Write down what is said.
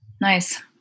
Nice